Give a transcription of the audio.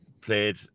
played